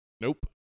Nope